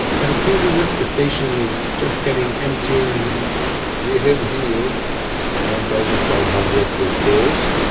but it seems as if the station is just getting emptier and emptier. we have here one thousand five hundred stores,